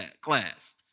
class